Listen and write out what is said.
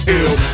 ill